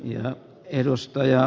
arvoisa puhemies